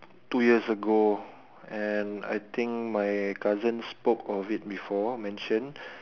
two years ago and I think my cousin spoke of it before mentioned